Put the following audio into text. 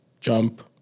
jump